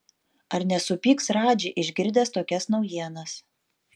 ar nesupyks radži išgirdęs tokias naujienas